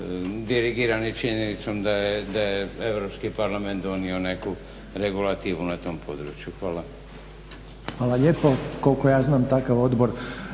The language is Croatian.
dirigirani činjenicom da je Europski parlament donio neku regulativu na tom području. **Reiner, Željko (HDZ)** Hvala lijepo. Koliko ja znam takav odbor